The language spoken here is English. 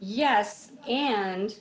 yes and